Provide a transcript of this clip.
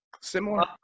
similar